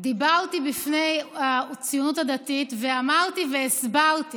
דיברתי בפני הציונות הדתית ואמרתי והסברתי